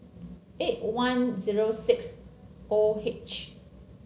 eight one zero six O H